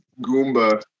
Goomba